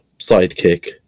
sidekick